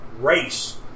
race